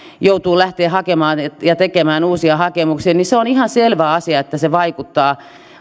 joutuu tekemään uusia hakemuksia niin se on ihan selvä asia että se vaikuttaa